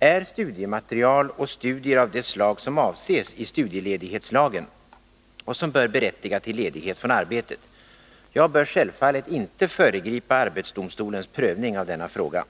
är studiematerial och studier av det slag som avses i studieledighetslagen och som bör berättiga till ledighet från arbetet. Jag bör självfallet inte föregripa arbetsdomstolens prövning av denna fråga.